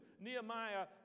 Nehemiah